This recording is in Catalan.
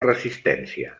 resistència